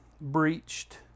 breached